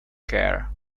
care